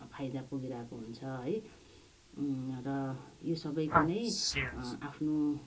फाइदा पुगिरहेको हुन्छ है र यो सबैको नै आफ्नो